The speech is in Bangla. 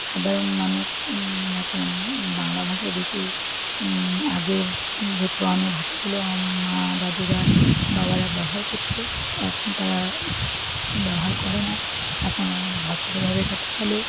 সাধারণ মানুষ এখন বাংলা ভাষায় বেশি আগের যে পুরোনো ভাষাগুলো মা দাদুরা বাবারা ব্যবহার করত এখন তারা ব্যবহার করে না এখন অনেক ভদ্রভাবে কথা বলে